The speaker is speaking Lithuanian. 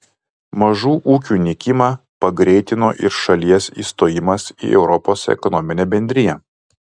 mažų ūkių nykimą pagreitino ir šalies įstojimas į europos ekonominę bendriją